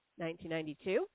1992